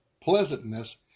pleasantness